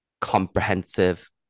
comprehensive